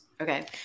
okay